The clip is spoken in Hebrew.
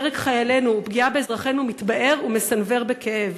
להרג חיילינו ולפגיעה באזרחינו מתבהר ומסנוור בכאב.